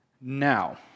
Now